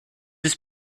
his